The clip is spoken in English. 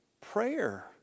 Prayer